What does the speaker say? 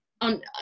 on